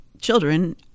Children